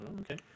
Okay